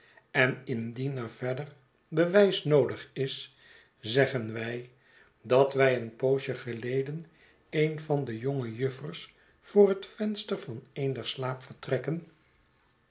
en indien er verder bewijs noodig is zeggen wij dat wij een poosje geleden een van de jonge juffers voor het venster van een